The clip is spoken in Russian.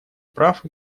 прав